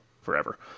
forever